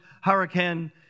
hurricane